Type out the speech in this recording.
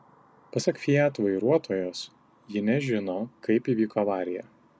pasak fiat vairuotojos ji nežino kaip įvyko avarija